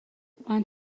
want